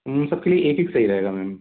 ये सब के लिए एक एक सही रहेगा मैम